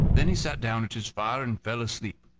then he sat down at his fire and fell asleep.